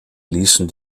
ließen